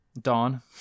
dawn